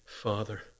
father